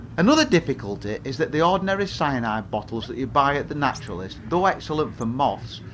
another difficulty is that the ordinary cyanide bottles that you buy at the naturalist's, though excellent for moths,